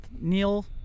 Neil